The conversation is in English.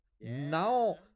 Now